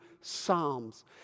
psalms